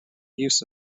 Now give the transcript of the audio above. use